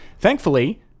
thankfully